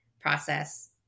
process